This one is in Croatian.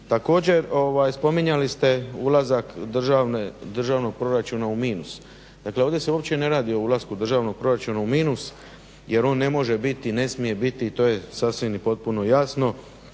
Također spominjali ste ulazak državnog proračuna u minus. Dakle ovdje se uopće ne radi o ulasku državnog proračuna u minus jer on ne može biti i ne smije biti i to je sasvim i potpuno jasno.